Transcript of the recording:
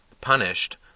punished